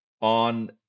On